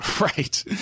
Right